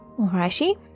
Alrighty